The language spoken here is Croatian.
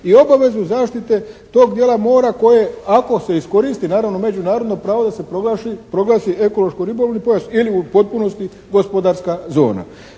i obavezu zaštite tog dijela mora koje ako se iskoristi naravno međunarodno pravo naravno da se proglasi ekološko-ribolovni pojas ili u potpunosti gospodarska zona.